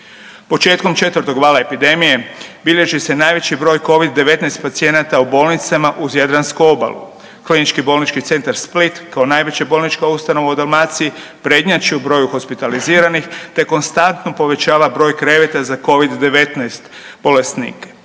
Početkom 4. vala epidemije, bilježi se najveći broj Covid-19 pacijenata u bolnicama uz jadransku obalu. KBC Split kao najveća bolnička ustanova u Dalmaciji, prednjači u broju hospitaliziranih te konstantno povećava broj kreveta za Covid-19 bolesnike.